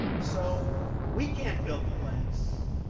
so we can't build the plants,